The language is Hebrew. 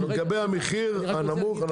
ולגבי המחיר הנמוך,